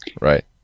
Right